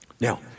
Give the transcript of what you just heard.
Now